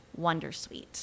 wondersuite